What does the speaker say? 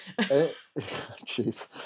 Jeez